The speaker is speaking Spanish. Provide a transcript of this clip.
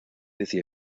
decía